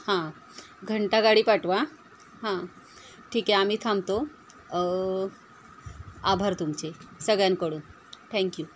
हां घंटा गाडी पाठवा हां ठीक आहे आम्ही थांबतो आभार तुमचे सगळ्यांकडून ठँक्यू